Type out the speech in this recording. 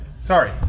Sorry